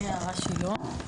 אני יערה שילה.